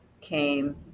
came